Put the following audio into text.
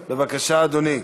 בבקשה, אדוני.